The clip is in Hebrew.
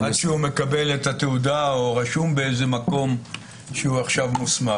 עד שהוא מקבל את התעודה או רשום באיזה מקום שהוא עכשיו מוסמך,